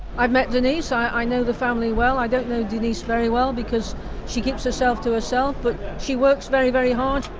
i've met denise, i know the family well i don't know denise very well because she keeps herself to herself but she's she works very very hard.